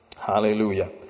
hallelujah